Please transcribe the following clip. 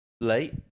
late